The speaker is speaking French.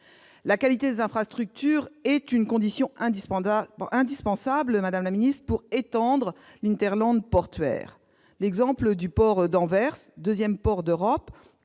La qualité des infrastructures est une condition indispensable pour étendre l'portuaire. L'exemple du port d'Anvers, deuxième port d'Europe,